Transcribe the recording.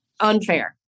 unfair